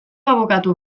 abokatu